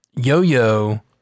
Yo-Yo